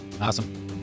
Awesome